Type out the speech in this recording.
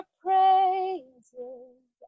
praises